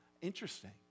Interesting